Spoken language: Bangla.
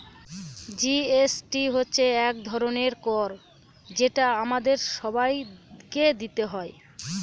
জি.এস.টি হচ্ছে এক ধরনের কর যেটা আমাদের সবাইকে দিতে হয়